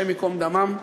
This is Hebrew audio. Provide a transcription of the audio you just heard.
השם ייקום דמם,